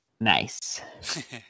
Nice